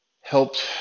helped